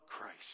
Christ